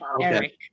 Eric